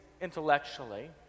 intellectually